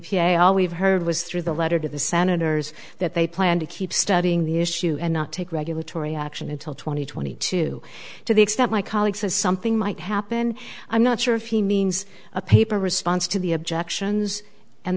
all we've heard was through the letter to the senators that they plan to keep studying the issue and not take regulatory action until two thousand and twenty two to the extent my colleague says something might happen i'm not sure if he means a paper response to the objections and